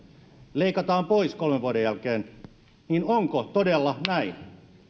leikataan pois kolmen vuoden jälkeen niin onko todella näin